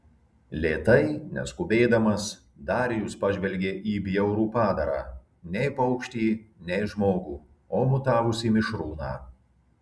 lėtai neskubėdamas darijus pažvelgė į bjaurų padarą nei paukštį nei žmogų o mutavusį mišrūną